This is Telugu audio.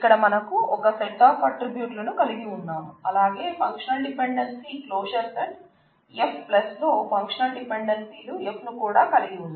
ఇక్కడ మనకు ఒక సెట్ ఆఫ్ ఆట్రిబ్యూట్లను కలిగి ఉన్నాం అలాగే functional dependency closure set F లో ఫంక్షనల్ డిపెండెన్సీలు F ను కూడా కలిగి ఉన్నాం